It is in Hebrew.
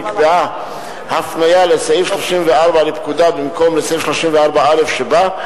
נקבעה הפניה לסעיף 34 לפקודה במקום לסעיף 34א שבה.